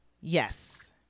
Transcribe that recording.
Yes